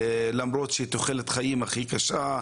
חרף תוחלת חיים הכי קשה,